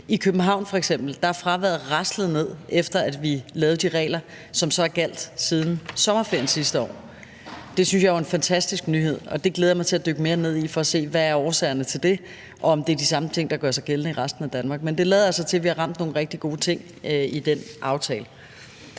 København er raslet ned, efter vi lavede de regler, som så har været gældende siden sommerferien sidste år. Det synes jeg jo er en fantastisk nyhed, og det glæder jeg mig til at dykke mere ned i for at se, hvad årsagerne er til det, og om det er de samme ting, der gør sig gældende i resten af Danmark, men det lader altså til, at vi har ramt nogle rigtig gode ting i den aftale.